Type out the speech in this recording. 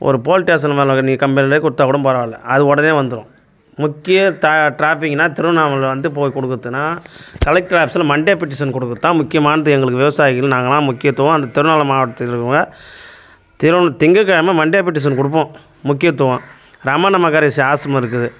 ஒரு போலீடேஷன் மேலே நீ கம்பளைண்டே கொடுத்தா கூட பரவால்லை அது உடனே வந்துடும் முக்கிய த டிராஃபிக்னா திருவண்ணாமலை வந்து போய் கொடுக்குறதுன்னா கலெக்டர் ஆஃபீஸில் மண்டே பெட்டிஷன் கொடுக்குறது தான் முக்கியமானது எங்களுக்கு விவசாயிகள் நாங்கள் லான் முக்கியத்துவம் அந்த திருவண்ணாமலை மாவட்டத்தில் இருக்கிறவுங்க தி திங்ககிழம மண்டே பெட்டிஷன் கொடுப்போம் முக்கியத்துவம் ரமணமகரிஷி ஆசிரமம் இருக்குது